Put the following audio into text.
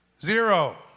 Zero